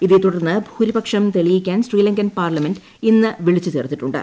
ഇതേത്തുടർന്ന് ഭൂരിപക്ഷം തെളിയിക്കാൻ ശ്രീലങ്കൻ പാർലമെന്റ് ഇന്ന് വിളിച്ചുചേർത്തിട്ടുണ്ട്